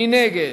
מי נגד?